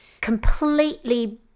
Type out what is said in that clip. completely